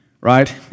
right